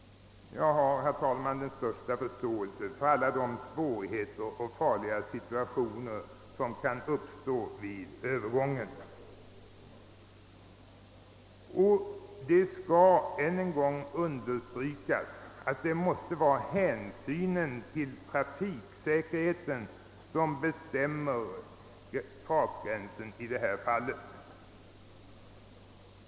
Jag inser mycket väl, herr talman, alla de svårigheter och farliga situationer som kan uppstå vid övergången, och det skall än en gång understrykas att det måste vara hänsynen till trafiksäkerheten som bestämmer fartgränsen i detta fall.